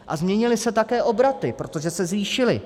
A změnily se také obraty, protože se zvýšily.